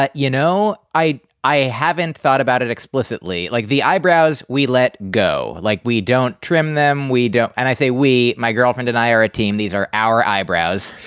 but you know, i i i haven't thought about it explicitly. like the eyebrows we let go. like, we don't trim them. we don't. and i say we my girlfriend and i are a team. these are our eyebrows.